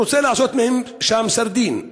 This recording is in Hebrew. רוצה לעשות מהם שם סרדינים.